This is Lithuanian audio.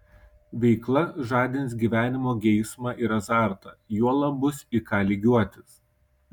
veikla žadins gyvenimo geismą ir azartą juolab bus į ką lygiuotis